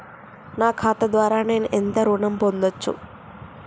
నా ఖాతా ద్వారా నేను ఎంత ఋణం పొందచ్చు?